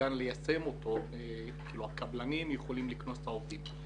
שניתן ליישם אותו והקבלנים יכולים לקנוס את העובדים.